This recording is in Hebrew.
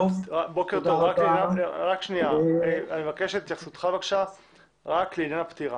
אני מבקש את התייחסותך רק לעניין הפטירה.